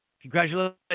congratulations